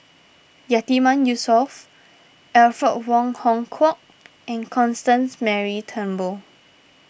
Yatiman Yusof Alfred Wong Hong Kwok and Constance Mary Turnbull